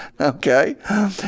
Okay